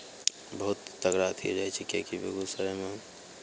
बहुत तगड़ा अथी हो जाइ छै किएकि बेगूसरायमे